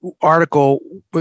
article